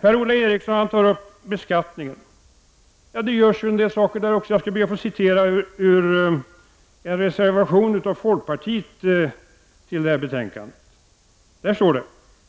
Per-Ola Eriksson diskuterar frågan om beskattning. Det görs en del också på det området. Låt mig citera ur en reservation till detta betänkande från folkpartiet. Där står: